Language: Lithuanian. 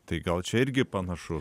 tai gal čia irgi panašu